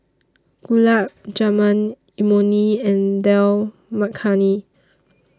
Gulab Jamun Imoni and Dal Makhani